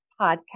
Podcast